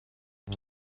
ask